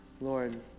Lord